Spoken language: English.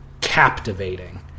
captivating